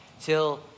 Till